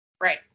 Right